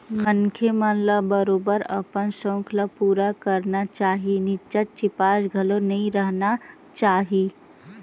मनखे मन ल बरोबर अपन सउख ल पुरा करना चाही निच्चट चिपास घलो नइ रहिना चाही